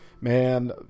man